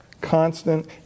Constant